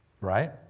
Right